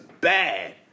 bad